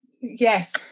Yes